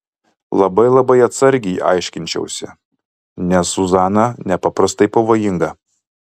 labai labai atsargiai aiškinčiausi nes zuzana nepaprastai pavojinga